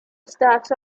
starts